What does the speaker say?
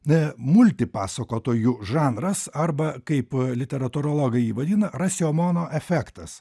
multipasakotojų žanras arba kaip literatūrologai jį vadina rasiomono efektas